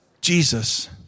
Jesus